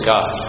God